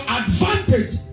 advantage